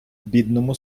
бідному